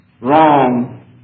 wrong